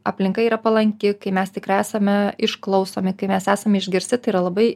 aplinka yra palanki kai mes tikrai esame išklausomi kai mes esame išgirsti tai yra labai